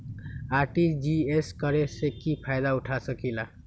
RTGS करे से की फायदा उठा सकीला?